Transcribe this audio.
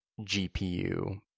GPU